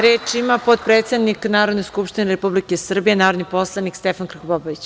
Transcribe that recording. Reč ima potpredsednik Narodne skupštine Republike Srbije, narodni poslanik Stefan Krkobabić.